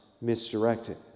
misdirected